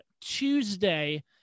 Tuesday